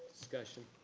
discussion.